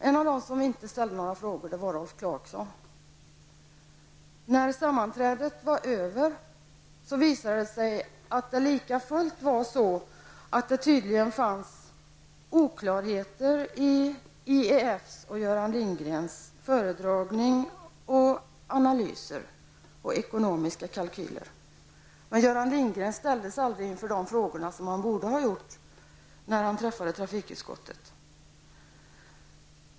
En av dem som inte ställde några frågor var Rolf När sammanträdet var över visade det sig att det tydligen fortfarande fanns oklarheter om IEFs och Göran Lindgrens analyser och ekonomiska kalkyler. Men Göran Lindgren fick aldrig de frågor som han borde ha fått när han besökte trafikutskottet.